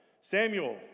Samuel